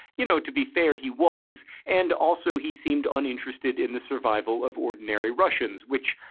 you know, to be fair, he was and also he seemed uninterested in the survival of ordinary russians which,